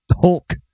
Hulk